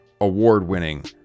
award-winning